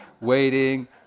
waiting